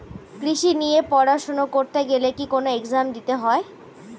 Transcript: কৃষি নিয়ে পড়াশোনা করতে গেলে কি কোন এগজাম দিতে হয়?